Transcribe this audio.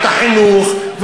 בעיות החינוך,